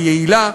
היעילה,